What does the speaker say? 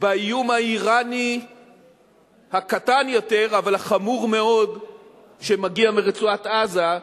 באיום האירני הקטן יותר אבל החמור מאוד שמגיע מרצועת-עזה.